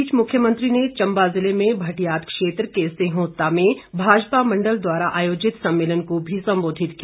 इस बीच मुख्यमंत्री ने चंबा जिले में भटियात क्षेत्र के सिंहुता में भाजपा मंडल द्वारा आयोजित सम्मेलन को भी संबोधित किया